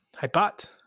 hypot